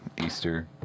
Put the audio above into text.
Easter